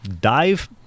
dive